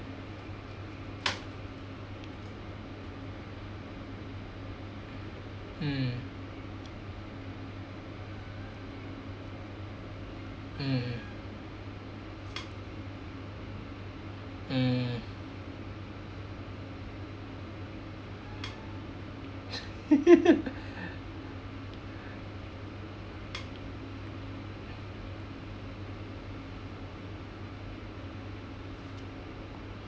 mm mm mm